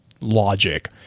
logic